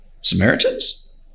Samaritans